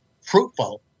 fruitful